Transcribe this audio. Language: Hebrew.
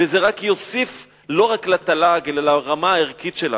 וזה יוסיף לא רק לתל"ג, אלא לרמה הערכית שלנו.